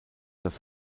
das